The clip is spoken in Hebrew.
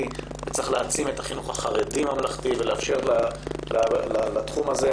וצריך להעצים את החינוך הממלכתי-חרדי ולאפשר לתחום הזה להתפתח.